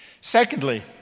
Secondly